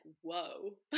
whoa